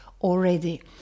already